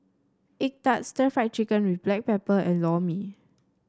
egg tart stir Fry Chicken with Black Pepper and Lor Mee